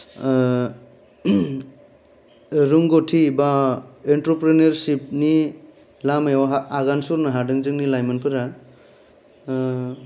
रोंगौथि बा एन्तारप्रिनिवारशिपनि लामायाव आगान सुरनो हादों जोंनि लाइमोनफोरा